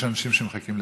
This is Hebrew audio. יש אנשים שמחכים לדבר.